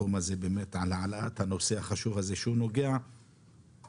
התחום הזה באמת על העלאת הנושא החשוב הזה שהוא נוגע לכולנו,